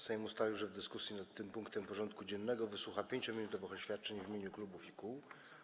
Sejm ustalił, że w dyskusji nad tym punktem porządku dziennego wysłucha 5-minutowych oświadczeń w imieniu klubów i kół.